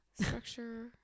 structure